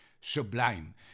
sublime